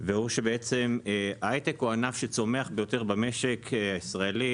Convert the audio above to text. והוא ההייטק הוא הענף שצומח ביותר במשק הישראלי,